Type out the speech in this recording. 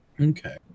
Okay